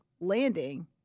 landing